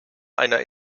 einer